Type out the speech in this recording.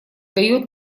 дает